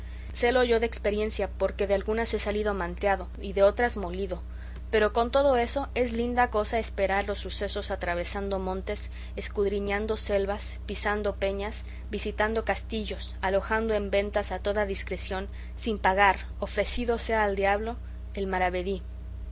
torcidas sélo yo de expiriencia porque de algunas he salido manteado y de otras molido pero con todo eso es linda cosa esperar los sucesos atravesando montes escudriñando selvas pisando peñas visitando castillos alojando en ventas a toda discreción sin pagar ofrecido sea al diablo el maravedí